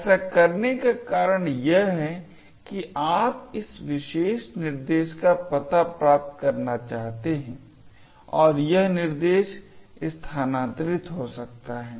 ऐसा करने का कारण यह है कि आप इस विशेष निर्देश का पता प्राप्त करना चाहते हैं और यह निर्देश स्थानांतरित हो सकता है